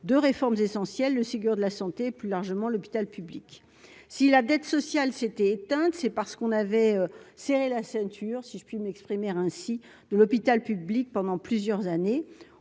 de réformes essentielles le Ségur de la santé, plus largement, l'hôpital public, si la dette sociale s'était éteinte, c'est parce qu'on avait serré la ceinture, si je puis m'exprimer ainsi, de l'hôpital public pendant plusieurs années